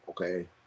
okay